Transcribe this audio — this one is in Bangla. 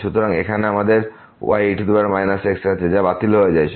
সুতরাং এখানে আমাদের y e x আছে যা বাতিল হয়ে যায়